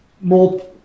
more